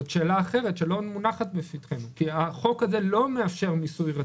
זה שאלה אחרת שלא מונחת לפתחנו כי החוק הזה לא מאפשר מיסוי רציף.